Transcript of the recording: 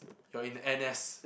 you're in N_S